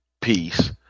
peace